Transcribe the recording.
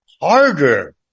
harder